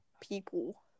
people